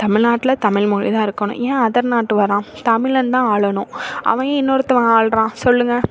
தமிழ்நாட்ல தமிழ்மொழிதான் இருக்கணும் ஏன் அதர் நாட்டு வரான் தமிழன்தான் ஆளணும் அவன் ஏன் இன்னொருத்தவன் ஆள்கிறான் சொல்லுங்க